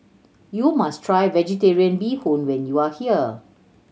you must try Vegetarian Bee Hoon when you are here